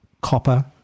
copper